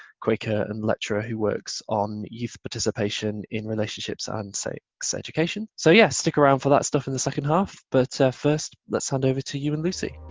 quaker and lecturer who works on youth participation in relationships and sex education. so yeah stick around for that stuff in the second half, but first let's hand over to you and lucy.